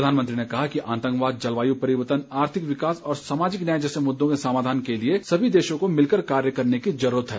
प्रधानमंत्री ने कहा कि आतंकवाद जलवायु परिवर्तन आर्थिक विकास और सामाजिक न्याय जैसे मुद्दों के समाधान के लिए सभी देशों को मिलकर कार्य करने की ज़रूरत है